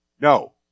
No